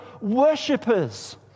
worshippers